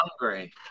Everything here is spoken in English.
hungry